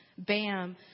Bam